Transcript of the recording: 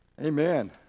amen